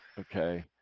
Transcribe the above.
Okay